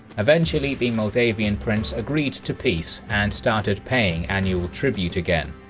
eventually the moldavian prince agreed to peace and started paying annual tribute again.